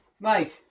mate